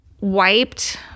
wiped